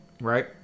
right